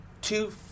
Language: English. two